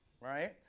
right